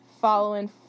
following